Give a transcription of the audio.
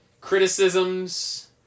criticisms